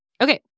Okay